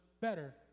better